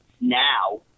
now